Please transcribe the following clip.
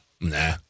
nah